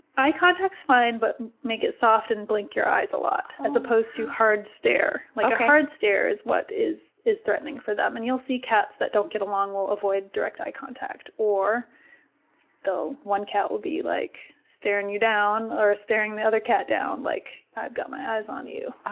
eye contact's fine, but make it soft and blink your eyes a lot, as opposed to hard stare. like a hard stare is what is is threatening for them. and you'll see cats that don't get along, will avoid direct eye contact, or the one cat will be like staring you down, or a staring the other cat down, like, i've got my eyes on you.